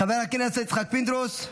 חבר הכנסת יצחק פינדרוס -- מוותר.